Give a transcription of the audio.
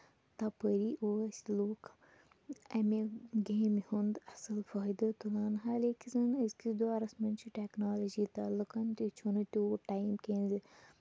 تَپٲری ٲسۍ لوٗکھ اَمہِ گیمہِ ہُند اَصٕل فٲیدٕ تُلان ہَر أکِس منٛز أزکِس دورَس منٛز چھُ ٹیکنولجی تہٕ لُکَن تہِ چھُنہٕ تیوٗت ٹایم کیٚنٛہہ زِ